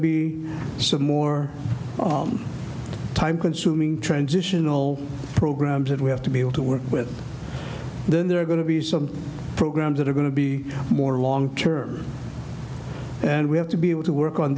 be some more time consuming transitional programs that we have to be able to work with then there are going to be some programs that are going to be more long term and we have to be able to work on